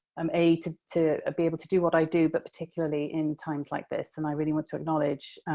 um a to to be able to do what i do, but particularly in times like this, and i really want to acknowledge